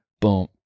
Boom